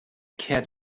cat